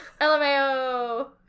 LMAO